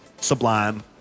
Sublime